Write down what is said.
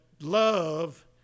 love